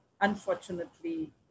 unfortunately